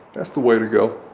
that's the way to go.